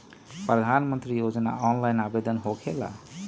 प्रधानमंत्री योजना ऑनलाइन आवेदन होकेला?